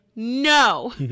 No